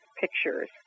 pictures